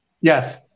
Yes